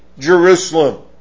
Jerusalem